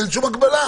אין שום הגבלה.